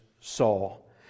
Saul